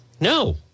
No